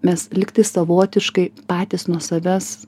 mes lyg tai savotiškai patys nuo savęs